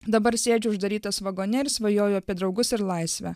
dabar sėdžiu uždarytas vagone ir svajoju apie draugus ir laisvę